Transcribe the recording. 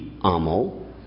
amo